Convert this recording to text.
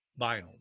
biome